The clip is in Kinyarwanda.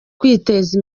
kwiteza